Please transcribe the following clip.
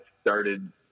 started